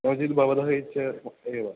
नो चेत् भवतः इच्छा एव